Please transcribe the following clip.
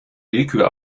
willkür